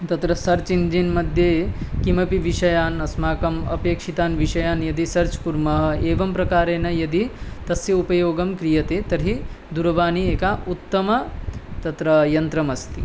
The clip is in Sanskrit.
तत्र सर्च् इञ्जिन्मध्ये किमपि विषयान् अस्माकम् अपेक्षितान् विषयान् यदि सर्च् कुर्मः एवं प्रकारेण यदि तस्य उपयोगं क्रियते तर्हि दूरवाणी एका उत्तमं तत्र यन्त्रमस्ति